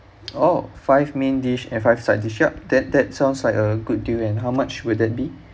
oh five main dish and five side dish yup that that sounds like a good deal and how much would that be